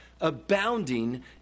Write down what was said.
abounding